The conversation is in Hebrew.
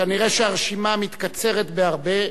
כנראה הרשימה מתקצרת בהרבה,